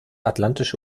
atlantische